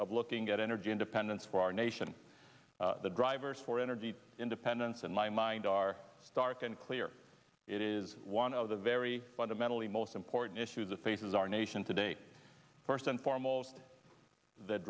of looking at energy independence for our nation the drivers for energy independence and my mind are stark and clear it is one of the very fundamentally most important issue that faces our nation today first and foremost that